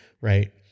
Right